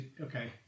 okay